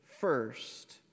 first